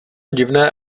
divné